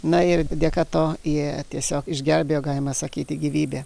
na ir dėka to jie tiesiog išgelbėjo galima sakyti gyvybę